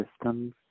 systems